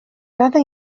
dada